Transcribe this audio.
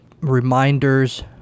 reminders